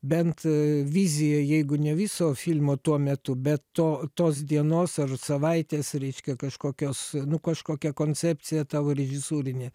bent vizija jeigu ne viso filmo tuo metu bet to tos dienos ar savaitės reiškia kažkokios nu kažkokia koncepcija tavo režisūrinė